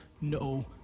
no